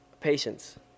patience